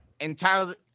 entirely